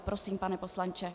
Prosím, pane poslanče.